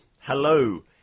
Hello